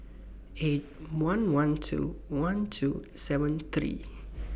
eight one one two one two seven three